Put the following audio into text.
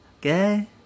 Okay